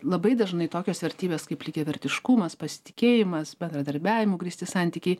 labai dažnai tokios vertybės kaip lygiavertiškumas pasitikėjimas bendradarbiavimu grįsti santykiai